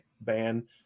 ban